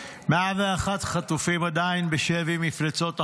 101 חטופים עדיין בשבי מפלצות החמאס,